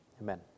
amen